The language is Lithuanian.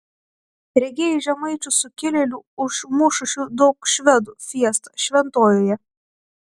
regėjai žemaičių sukilėlių užmušusių daug švedų fiestą šventojoje